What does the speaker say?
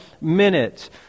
minutes